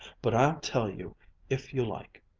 but i'll tell you if you like.